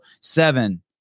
seven